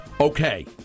Okay